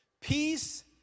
Peace